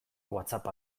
whatsapp